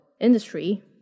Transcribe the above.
industry